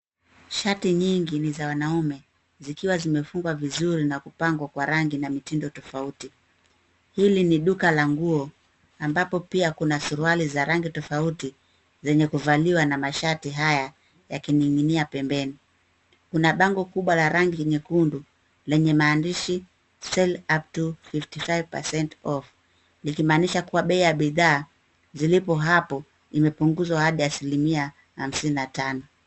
Shati nyingi ni za wanaume zikiwa zimefungwa vizuri na kupangwa kwa rangi na mitindo tofauti. Hili ni duka la nguo ambapo pia kuna suruali za rangi tofauti zenye kuvaliwa na mashati haya yakining'inia pembeni. Kuna bango kubwa la rangi nyekundu lenye maandishi Sale upto 55% off likimaanisha kuwa bei ya bidhaa zilipo hapo imepunguzwa hadi asilimia hamsini na tano.